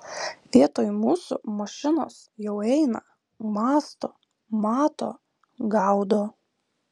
vietoj mūsų mašinos jau eina mąsto mato gaudo